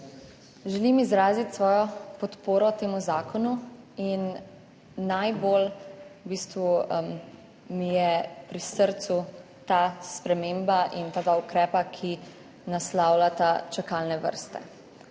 Želim izraziti svojo podporo temu zakonu in najbolj v bistvu mi je pri srcu ta sprememba in ta dva ukrepa, ki naslavljata čakalne vrste,